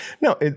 No